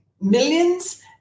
millions